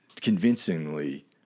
convincingly